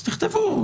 אז תכתבו.